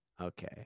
okay